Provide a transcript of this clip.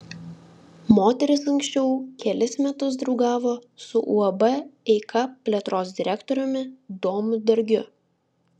moteris anksčiau kelis metus draugavo su uab eika plėtros direktoriumi domu dargiu